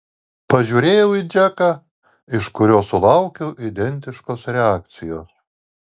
pažiūrėjau į džeką iš kurio sulaukiau identiškos reakcijos